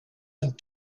and